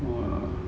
!wah!